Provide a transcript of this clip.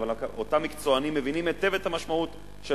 אותם מקצוענים מבינים היטב את המשמעות של